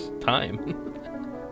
time